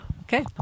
Okay